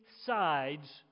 sides